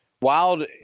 wild